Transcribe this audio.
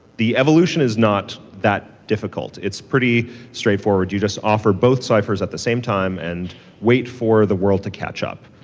the evolution is not that difficult. it's pretty straightforward. you just offer both ciphers at the same time and wait for the world to catch up.